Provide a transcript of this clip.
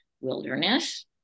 wilderness